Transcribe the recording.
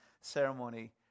ceremony